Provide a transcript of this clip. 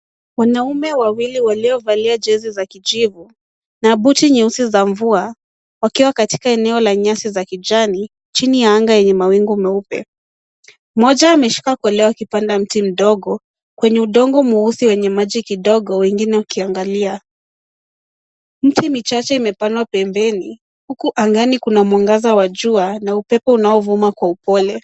Wanaume wawili waliovalia jezi za kijivu na buti nyeusi za mvua, wakiwa katika eneo la nyasi za kijani, chini ya anga yenye mawingu meupe. Mmoja ameshika koleo akipanda mti mdogo, kwenye udongo mweusi wenye maji kidogo, wengine wakiangalia. Miti michache imepandwa pembeni, huku angani kuna mwangaza wa jua na upepo unaovuma kwa upole.